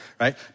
right